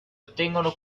ottengono